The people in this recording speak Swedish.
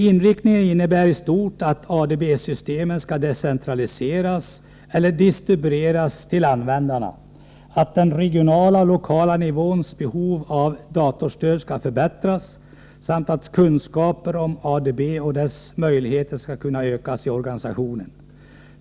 Inriktningen innebär i stort sett att ADB-systemen skall distribueras till användarna, att den regionala och lokala nivåns behov av datorstöd skall förbättras samt att kunskaper om ADB och dess möjligheter skall kunna ökas inom organisationen.